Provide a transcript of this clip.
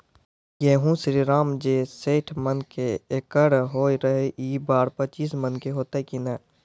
गेहूँ श्रीराम जे सैठ मन के एकरऽ होय रहे ई बार पचीस मन के होते कि नेय?